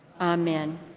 Amen